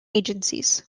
agencies